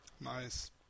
nice